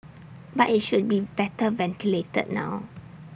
but IT should be better ventilated now